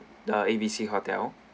the A B C hotel